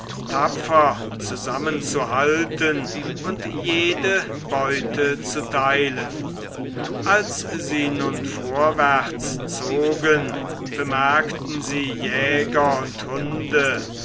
tapfer zusammenzuhalten und jede beute zu teilen als sie nun vorwärtszogen bemerkten sie jäger und hunde